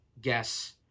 guess